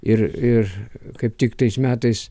ir ir kaip tik tais metais